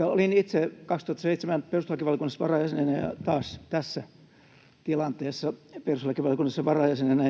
Olin itse 2007 perustuslakivaliokunnassa varajäsenenä ja taas tässä tilanteessa perustuslakivaliokunnassa varajäsenenä